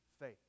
faith